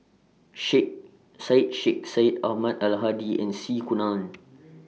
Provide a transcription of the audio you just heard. Sheikh Syed Sheikh Syed Ahmad Al Hadi and C Kunalan